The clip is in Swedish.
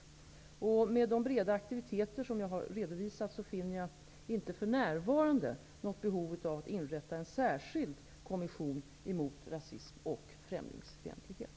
Mot bakgrund av de aktiviteter på bred front jag har redovisat finner jag inte för närvarande något behov av att inrätta en särskild kommission mot rasism och främlingsfientlighet.